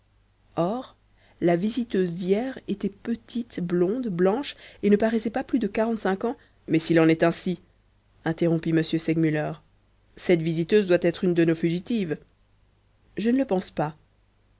or la visiteuse d'hier était petite blonde blanche et ne paraissait pas plus de quarante-cinq ans mais s'il en est ainsi interrompit m segmuller cette visiteuse doit être une de nos fugitives je ne le pense pas